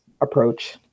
approach